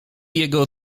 jego